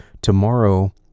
Tomorrow